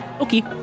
Okay